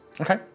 Okay